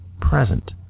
present